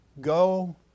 Go